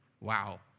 wow